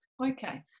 Okay